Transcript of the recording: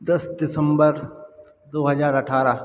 दस दिसंबर दो हज़ार अट्ठारह